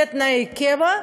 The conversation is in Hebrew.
זה תנאי קבע.